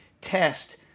test